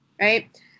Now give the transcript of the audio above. Right